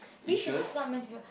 beef is not meant to be